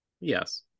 Yes